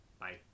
Bye